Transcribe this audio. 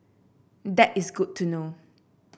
that is good to know